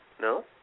No